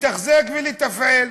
לתחזק ולתפעל.